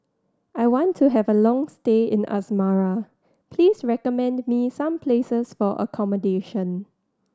I want to have a long stay in Asmara please recommend me some places for accommodation